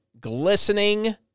glistening